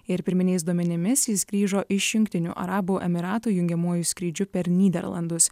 ir pirminiais duomenimis jis grįžo iš jungtinių arabų emyratų jungiamuoju skrydžiu per nyderlandus